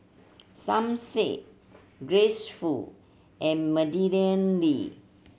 Som Said Grace Fu and Madeleine Lee